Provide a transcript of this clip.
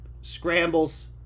scrambles